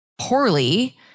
poorly